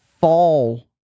fall